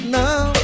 now